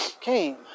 came